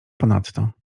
ponadto